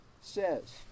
says